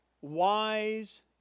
wise